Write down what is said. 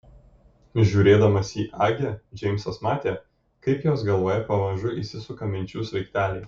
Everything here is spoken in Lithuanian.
žiūrėdamas į agę džeimsas matė kaip jos galvoje pamažu įsisuka minčių sraigteliai